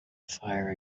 fire